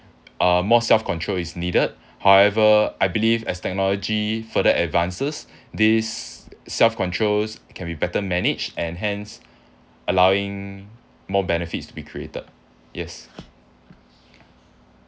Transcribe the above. uh more self control is needed however I believe as technology further advances this self controls can be better manage and hence allowing more benefits to be created yes